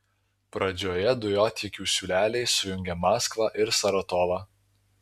pradžioje dujotiekių siūleliai sujungia maskvą ir saratovą